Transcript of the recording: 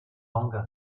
longer